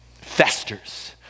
festers